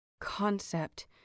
Concept